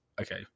okay